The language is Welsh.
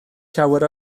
llawer